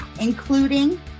including